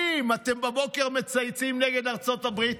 בבוקר אתם מצייצים נגד ארצות הברית,